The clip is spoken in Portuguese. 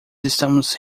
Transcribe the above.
estamos